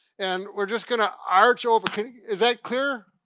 and we're just gonna arch over, can you, is that clear,